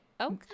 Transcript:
okay